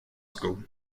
school